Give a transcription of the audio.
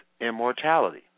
immortality